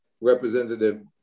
representative